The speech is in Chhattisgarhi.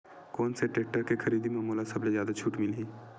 कोन से टेक्टर के खरीदी म मोला सबले जादा छुट मिलही?